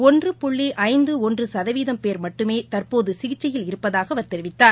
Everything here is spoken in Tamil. ஒன்று புள்ளிஜந்துஒன்றுசதவீதம் பேர் மட்டுமேதற்போதுசிகிச்சையில் இருப்பதாகஅவர் தெரிவித்தார்